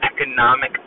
economic